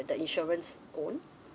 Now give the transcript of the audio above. the insurance own